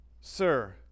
Sir